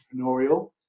entrepreneurial